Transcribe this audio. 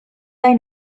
dai